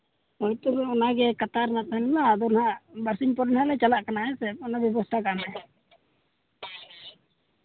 ᱦᱳᱭᱛᱚ ᱚᱱᱟᱜᱮ ᱠᱟᱴᱟ ᱨᱮᱱᱟᱜ ᱛᱟᱦᱮᱱ ᱢᱮ ᱟᱫᱚ ᱱᱟᱜ ᱵᱟᱨ ᱥᱤᱧ ᱯᱚᱨᱮ ᱜᱮ ᱞᱮ ᱪᱟᱞᱟᱜ ᱠᱟᱱᱟ ᱦᱮᱸᱥᱮ ᱚᱱᱟ ᱵᱮᱵᱚᱥᱛᱟ ᱠᱟᱜ ᱢᱮ